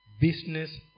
business